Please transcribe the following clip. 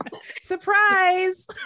Surprise